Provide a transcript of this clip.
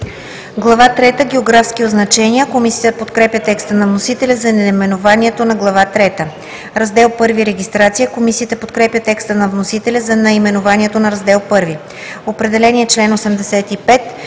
трета – Географски означения“. Комисията подкрепя текста на вносителя за наименованието на Глава трета. „Раздел I – Регистрация“ Комисията подкрепя текста на вносителя за наименованието на Раздел I. „Член 85